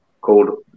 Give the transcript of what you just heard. called